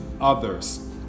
others